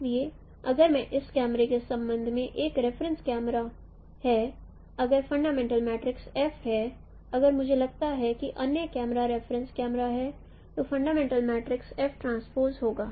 इसलिए अगर यह इस कैमरे के संबंध में एक रेफरेंस कैमरा है अगर फंडामेंटल मैट्रिक्स F है अगर मुझे लगता है कि अन्य कैमरा रेफरेंस कैमरा है तो फंडामेंटल मैट्रिक्स होगा